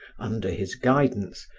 under his guidance,